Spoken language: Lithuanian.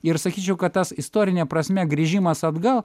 ir sakyčiau kad tas istorine prasme grįžimas atgal